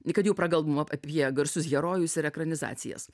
kad jau prakalbom apie garsus herojus ir ekranizacijas